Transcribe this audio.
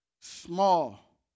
small